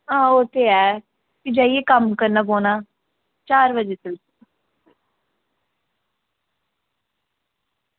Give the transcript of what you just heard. आं ओह् ते ऐ भी जाइयै कम्म करना पौना चार बजे चलचै